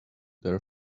their